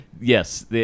Yes